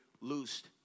loosed